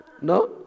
No